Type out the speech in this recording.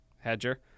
hedger